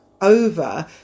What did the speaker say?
over